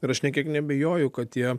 ir aš nė kiek neabejoju kad tie